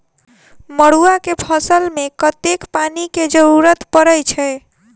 मड़ुआ केँ फसल मे कतेक पानि केँ जरूरत परै छैय?